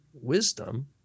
wisdom